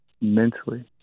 mentally